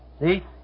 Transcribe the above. See